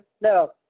no